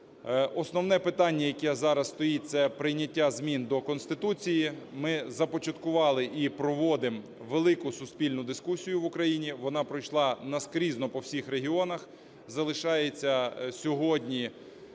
Основне питання, яке зараз стоїть, це прийняття змін до Конституції. Ми започаткували і проводимо велику суспільну дискусію в Україні. Вона пройшла наскрізно по всіх регіонах. Залишається сьогодні